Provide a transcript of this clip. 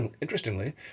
Interestingly